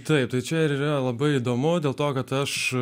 taip tai čia yra labai įdomu dėl to kad aš